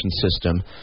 system